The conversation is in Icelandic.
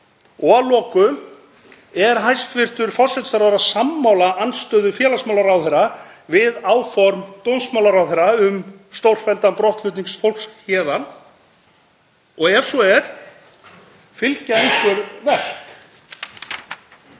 Og að lokum: Er hæstv. forsætisráðherra sammála andstöðu félagsmálaráðherra við áform dómsmálaráðherra um stórfelldan brottflutning fólks héðan. Og ef svo er, fylgja einhver verk?